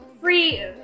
free